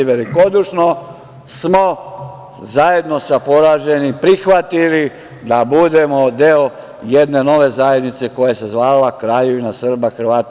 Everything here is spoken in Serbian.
Velikodušno smo zajedno sa poraženim prihvatili da budemo deo jedno nove zajednice koja se zvala Kraljevina SHS.